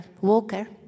walker